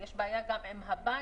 יש בעיה עם הבנקים,